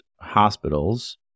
hospitals